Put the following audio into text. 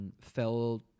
felt